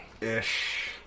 Ish